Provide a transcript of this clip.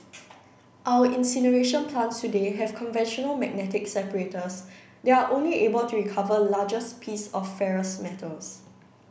our incineration plants today have conventional magnetic separators there are only able to recover larger piece of ferrous metals